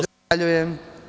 Zahvaljujem.